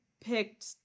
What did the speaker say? picked